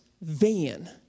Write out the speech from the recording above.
van